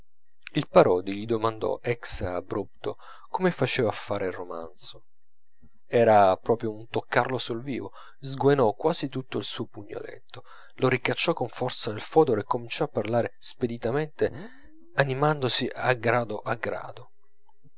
il parodi gli domandò ex abrupto come faceva a fare il romanzo era proprio un toccarlo sul vivo sguainò quasi tutto il suo pugnaletto lo ricacciò con forza nel fodero e cominciò a parlare speditamente animandosi a grado a grado